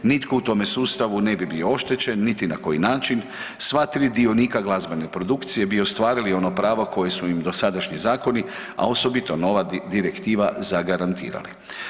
Nitko u tome sustavu ne bi bio oštećen niti na koji način, sva 3 dionika glazbene produkcije bi ostvarili ono pravo koje su im dosadašnji zakoni, a osobito nova direktiva zagarantirali.